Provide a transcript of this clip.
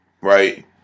right